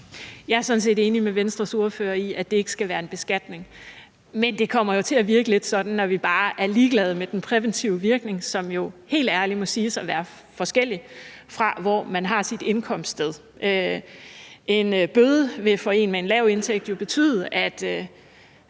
Jeg er sådan set enig med Venstres ordfører i, at det ikke skal være en beskatning. Men det kommer til at virke lidt sådan, når vi bare er ligeglade med den præventive virkning, som jo helt ærligt må siges at være forskellig afhængigt af ens indkomst. En bøde vil for en med en lav indtægt jo betyde,